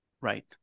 Right